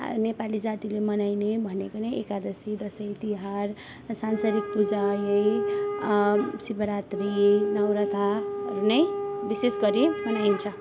नेपाली जातिले मनाइने भनेको नै एकादशी दसैँ तिहार सांसारिक पूजा यही शिवरात्री नौरथाहरू नै विशेष गरी मनाइन्छ